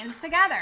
together